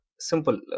simple